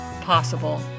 possible